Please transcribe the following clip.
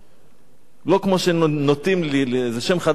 לא כמו שנוטים, זה שם חדש, לשאת בנטל.